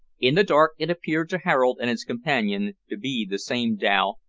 in the dark it appeared to harold and his companion to be the same dhow,